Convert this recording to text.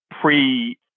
pre